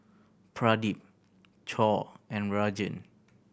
Pradip Choor and Rajan